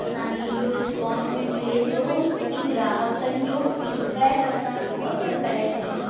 असांखे इहो रिस्पोंस बि मिले थो कि ग्राहकनि जो फ़ीडबैक असांखे ख़बर पए थी